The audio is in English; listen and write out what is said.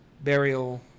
burial